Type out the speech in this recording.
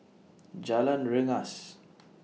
Jalan Rengas